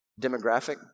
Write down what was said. demographic